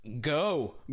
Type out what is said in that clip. go